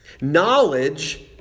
Knowledge